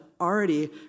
already